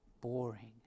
boring